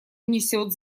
несет